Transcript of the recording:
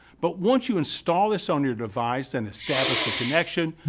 but once you install this on your device and establish the connection,